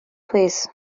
plîs